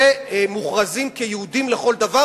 ומוכרזים יהודים לכל דבר,